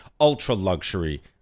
ultra-luxury